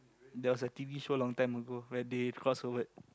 there was a t_v show long time ago where they crossed over